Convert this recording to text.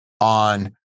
on